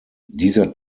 dieser